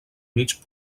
mig